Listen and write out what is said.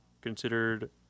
considered